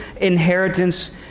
inheritance